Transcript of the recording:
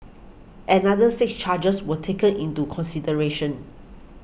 another six charges were taken into consideration